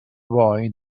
boy